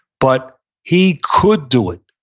but he could do it.